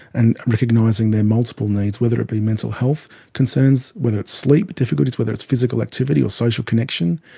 and recognising their multiple needs, whether it be mental health concerns, whether it's sleep difficulties, whether it's physical activity or social connection,